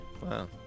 Wow